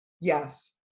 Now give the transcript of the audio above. Yes